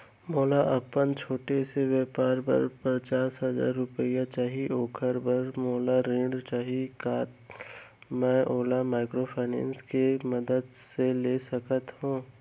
मोला अपन छोटे से व्यापार बर पचास हजार रुपिया चाही ओखर बर मोला ऋण चाही का मैं ओला माइक्रोफाइनेंस के मदद से ले सकत हो?